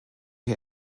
wir